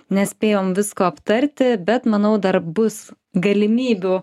nespėjom visko aptarti bet manau dar bus galimybių